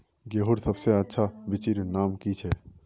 गेहूँर सबसे अच्छा बिच्चीर नाम की छे?